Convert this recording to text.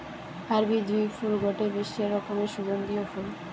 আরবি জুঁই ফুল গটে বিশেষ রকমের সুগন্ধিও ফুল